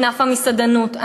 ענף המסעדנות,